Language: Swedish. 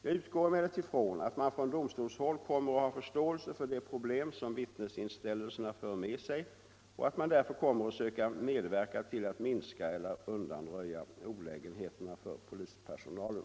Jag utgår emellertid från att man från domstolshåll kommer att ha förståelse för de problem som vittnesinställelserna för med sig och att man därför kommer att söka medverka till att minska eller undanröja olägenheterna för polispersonalen.